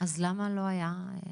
אז למה לא היה?